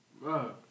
Bro